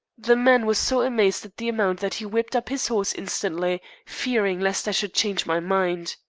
the man was so amazed at the amount that he whipped up his horse instantly, fearing lest i should change my mind.